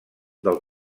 del